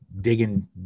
digging